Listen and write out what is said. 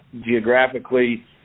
geographically